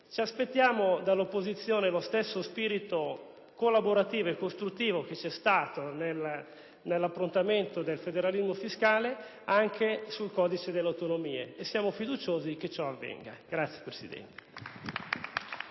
Ci aspettiamo dall'opposizione lo stesso spirito collaborativo e costruttivo che c'è stato nell'approntamento del disegno del federalismo fiscale anche sul Codice delle autonomie. Siamo fiduciosi che ciò avvenga. *(Applausi